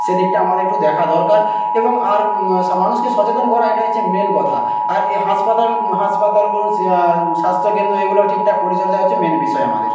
সেদিকটা আমাদের একটু দেখা দরকার এবং আর সা মানুষকে সচেতন করা এটাই হচ্ছে মেন কথা আর এই হাসপাতাল হাসপাতাল বলুন সে আর স্বাস্থ্যকেন্দ্র এইগুলো ঠিকঠাক পরিচর্যা হচ্ছে মেন বিষয় আমাদের